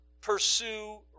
pursue